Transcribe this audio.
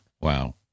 Wow